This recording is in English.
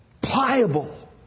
pliable